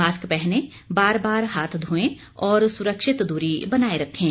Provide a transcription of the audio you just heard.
mask पहने बार बार हाथ धोएं और सुरक्षित दूरी बनाए रखें